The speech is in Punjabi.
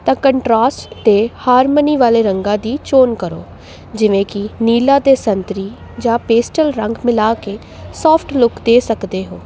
ਤਾਂ ਕੰਟਰਾਸਟ ਅਤੇ ਹਾਰਮਨੀ ਵਾਲੇ ਰੰਗਾਂ ਦੀ ਚੋਣ ਕਰੋ ਜਿਵੇਂ ਕਿ ਨੀਲਾ ਅਤੇ ਸੰਤਰੀ ਜਾਂ ਪੇਸਟਲ ਰੰਗ ਮਿਲਾ ਕੇ ਸੋਫਟ ਲੁੱਕ ਦੇ ਸਕਦੇ ਹੋ